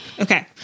okay